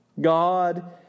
god